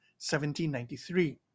1793